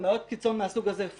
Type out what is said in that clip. בבעיות קיצון מהסוג הזה,